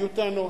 היו טענות.